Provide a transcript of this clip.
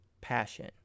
passion